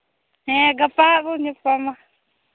ᱦᱮᱸ ᱜᱟᱯᱟ ᱵᱚ ᱧᱟᱯᱟᱢᱟ